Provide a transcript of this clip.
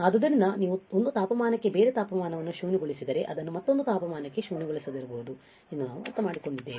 ಆದ್ದರಿಂದ ನೀವು 1 ತಾಪಮಾನಕ್ಕೆ ಬೇರೆ ತಾಪಮಾನವನ್ನು ಶೂನ್ಯಗೊಳಿಸಿದರೆ ಅದನ್ನು ಮತ್ತೊಂದು ತಾಪಮಾನಕ್ಕೆ ಶೂನ್ಯಗೊಳಿಸದಿರಬಹುದು ಎಂದು ನಾವು ಅರ್ಥಮಾಡಿಕೊಂಡಿದ್ದೇವೆ